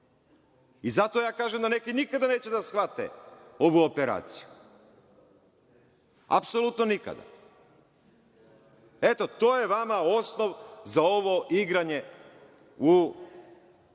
Zato ja kažem da neki nikada neće da shvate ovu operaciju, apsolutno nikada. Eto, to je vama osnov za ovo igranje u